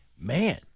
Man